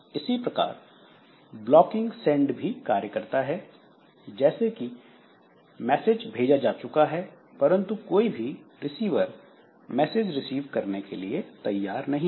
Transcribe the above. इसी प्रकार blocking send भी कार्य करता है जैसे की मैसेज भेजा जा चुका है परंतु कोई भी रिसीवर मैसेज रिसीव करने के लिए तैयार नहीं है